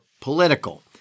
political